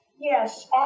Yes